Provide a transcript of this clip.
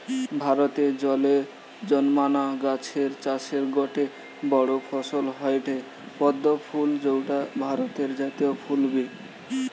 ভারতে জলে জন্মানা গাছের চাষের গটে বড় ফসল হয়ঠে পদ্ম ফুল যৌটা ভারতের জাতীয় ফুল বি